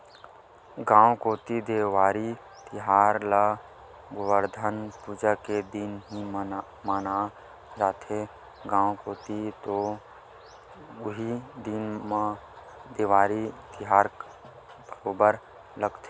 गाँव कोती देवारी तिहार ल गोवरधन पूजा के दिन ही माने जाथे, गाँव कोती तो उही दिन ह ही देवारी तिहार बरोबर लगथे